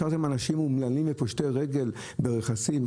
השארתם אנשים אומללים ופושטי רגל ברכסים,